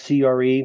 CRE